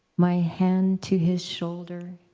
my hand to his shoulder.